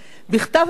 "בכתב המינוי,